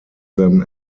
them